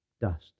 dust